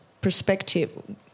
perspective